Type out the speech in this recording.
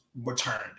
returned